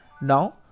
Now